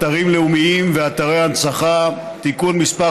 אתרים לאומיים ואתרי הנצחה (תיקון מס'